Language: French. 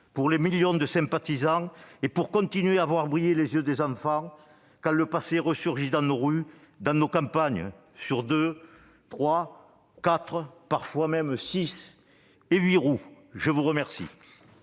pour leurs millions de sympathisants, et pour continuer de voir briller les yeux des enfants quand le passé ressurgit dans nos rues et dans nos campagnes, sur deux, trois, quatre, et parfois même six ou huit roues ! La parole